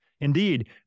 Indeed